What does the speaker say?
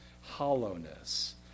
hollowness